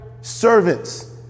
servants